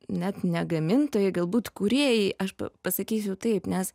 net ne gamintojai galbūt kūrėjai aš pasakysiu taip nes